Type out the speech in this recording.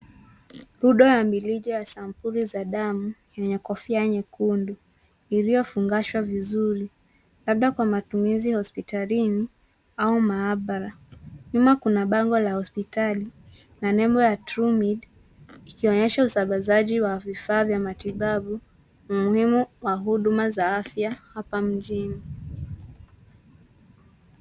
Rundo la mirija za sampuli za damu yenye kofia nyekundu iliyofungashwa vizuri; labda kwa matumizi hospitalini au maabara. Nyuma kuna bango la hospitali na neno la Trumid ukionyesha usambazaji wa vifaa vya matibabu muhimu za huduma za afya hapa mjini